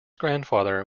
grandfather